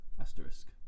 Asterisk